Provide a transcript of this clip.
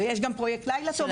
יש את הפרויקט לילה טוב,